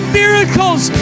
miracles